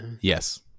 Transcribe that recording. Yes